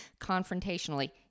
confrontationally